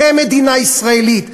כמדינה ישראלית,